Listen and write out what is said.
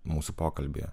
mūsų pokalbyje